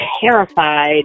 terrified